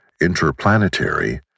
interplanetary